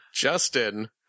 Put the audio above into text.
Justin